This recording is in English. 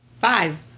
five